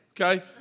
okay